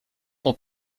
ton